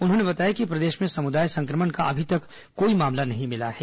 उन्होंने बताया कि प्रदेश में समुदाय संक्रमण का अभी तक कोई मामला नहीं मिला है